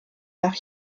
nach